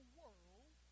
world